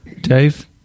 Dave